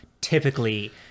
typically